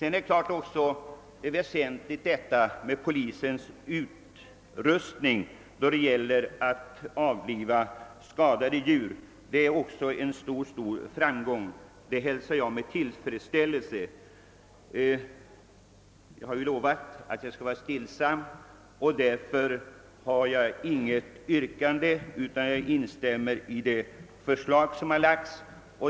Naturligtvis är vad som sägs om polisens utrustning för att kunna avliva skadade djur väsentligt. Detta hälsar jag med tillfredsställelse. Jag har lovat att vara stillsam, och därför har jag inget yrkande, utan jag instämmer i det förslag som framlagts.